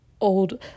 old